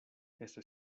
eso